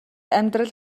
амьдрал